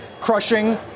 crushing